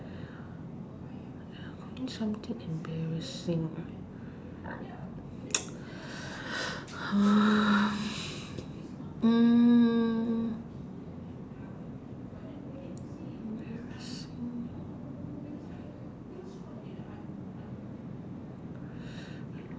embarrassing ah mm